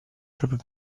proprio